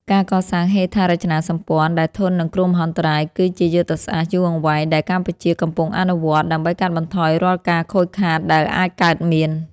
ការកសាងហេដ្ឋារចនាសម្ព័ន្ធដែលធន់នឹងគ្រោះមហន្តរាយ គឺជាយុទ្ធសាស្ត្រយូរអង្វែងដែលកម្ពុជាកំពុងអនុវត្ត ដើម្បីកាត់បន្ថយរាល់ការខូចខាតដែលអាចកើតមាន។